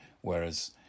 whereas